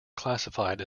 classified